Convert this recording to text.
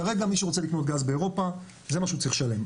כרגע מי שרוצה לקנות גז באירופה זה מה שהוא צריך לשלם.